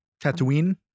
Tatooine